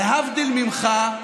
להבדיל ממך,